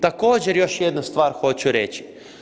Također, još jednu stvar hoću reći.